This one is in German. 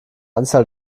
anzahl